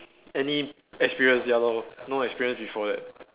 any experience ya lor no experience before that